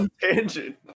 tangent